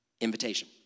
invitation